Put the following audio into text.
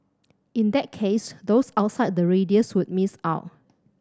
in that case those outside the radius would miss out